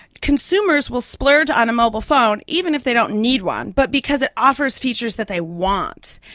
consumers will splurge on a mobile phone, even if they don't need one, but because it offers features that they want.